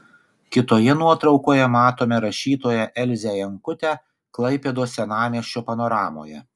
kitoje nuotraukoje matome rašytoją elzę jankutę klaipėdos senamiesčio panoramoje